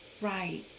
Right